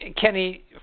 Kenny